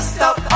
Stop